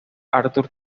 arthur